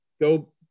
go